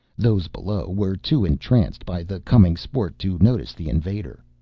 those below were too entranced by the coming sport to notice the invader.